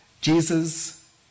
Jesus